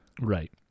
right